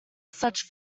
such